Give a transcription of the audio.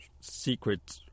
secret